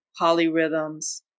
polyrhythms